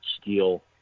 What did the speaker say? steel